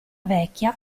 vecchia